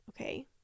okay